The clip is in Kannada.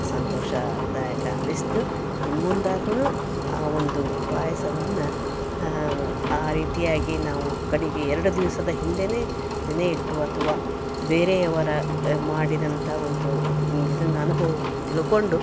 ಸಂತೋಷದಾಯಕ ಅನ್ನಿಸಿತು ಇನ್ನು ಮುಂದಾದ್ರೂ ಆ ಒಂದು ಪಾಯಸವನ್ನು ಆ ರೀತಿಯಾಗಿ ನಾವು ಕಡಿಗೆ ಎರಡು ದಿವಸದ ಹಿಂದೆಯೇ ನೆನೆ ಇಟ್ಟು ಅಥವಾ ಬೇರೆಯವರು ಮಾಡಿದಂಥ ಒಂದು ಇದನ್ನು ಅನುಭವವನ್ನು ತಿಳ್ಕೊಂಡು